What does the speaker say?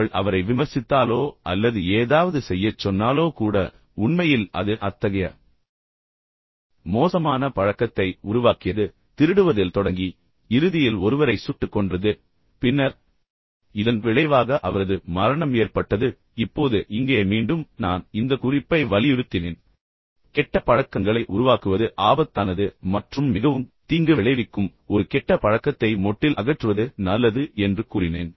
அவள் அவரை விமர்சித்தாலோ அல்லது ஏதாவது செய்யச் சொன்னாலோ கூட உண்மையில் அது அது அத்தகைய மோசமான பழக்கத்தை உருவாக்கியது திருடுவதில் தொடங்கி இறுதியில் ஒருவரை சுட்டுக் கொன்றது பின்னர் இதன் விளைவாக அவரது மரணம் ஏற்பட்டது இப்போது இங்கே மீண்டும் நான் இந்த குறிப்பை வலியுறுத்தினேன் கெட்ட பழக்கங்களை உருவாக்குவது ஆபத்தானது மற்றும் மிகவும் தீங்கு விளைவிக்கும் எனவே ஒரு கெட்ட பழக்கத்தை மொட்டில் இருந்து அகற்றுவது நல்லது என்று கூறினேன்